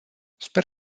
sper